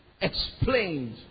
explained